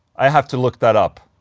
i have to look that up